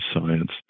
science